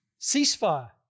Ceasefire